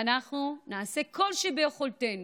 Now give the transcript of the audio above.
ואנחנו נעשה כל שביכולתנו,